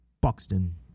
Buxton